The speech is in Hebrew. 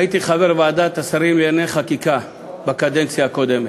אני הייתי חבר ועדת השרים לענייני חקיקה בקדנציה הקודמת,